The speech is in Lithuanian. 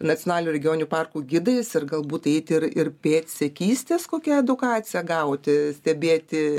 nacionalinių regioninių parkų gidais ir galbūt eiti ir ir pėdsekystės kokia edukacija gauti stebėti